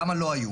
למה לא היו?